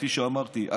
כפי שאמרתי,